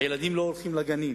הילדים לא הולכים לגנים.